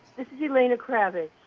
this is elena kravitz.